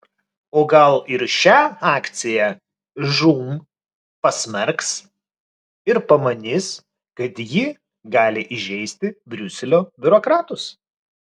o gal ir šią akciją žūm pasmerks ir pamanys kad ji gali įžeisti briuselio biurokratus